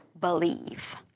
Believe